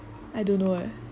I don't know eh